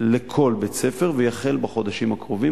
לכל בית-ספר, ויחל בחודשים הקרובים.